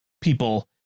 people